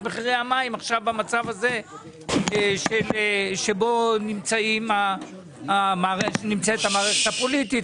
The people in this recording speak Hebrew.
מחירי המים במצב שבו נמצאת המערכת הפוליטית,